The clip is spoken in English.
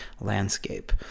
landscape